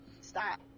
Stop